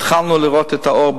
התחלנו לראות את האור במנהרה,